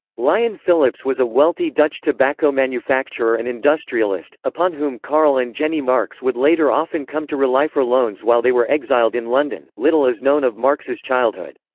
lion philips was a wealthy dutch tobacco manufacturer and industrialist, upon whom karl and jenny marx would later often come to rely for loans while they were exiled in london little is known of marx's childhood.